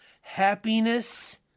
Happiness